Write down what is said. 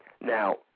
Now